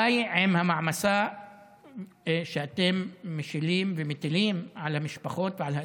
די עם המעמסה שאתם מטילים על המשפחות ועל האזרחים.